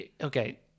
Okay